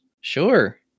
Sure